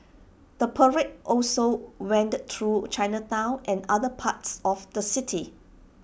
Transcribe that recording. the parade also wended through Chinatown and other parts of the city